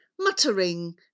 muttering